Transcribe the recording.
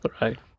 right